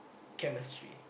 chemistry